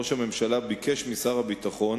ראש הממשלה ביקש משר הביטחון